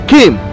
Kim